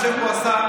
יושב פה השר,